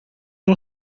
não